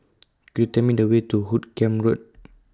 Could YOU Tell Me The Way to Hoot Kiam Road